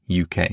UK